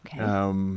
Okay